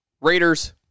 Raiders